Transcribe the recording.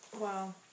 wow